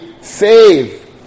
save